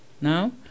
Now